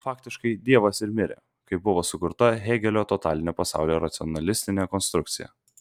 faktiškai dievas ir mirė kai buvo sukurta hėgelio totalinė pasaulio racionalistinė konstrukcija